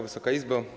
Wysoka Izbo!